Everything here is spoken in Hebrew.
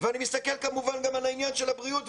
אני מסתכל כמובן גם על עניין הבריאות.